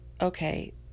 okay